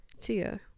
Tia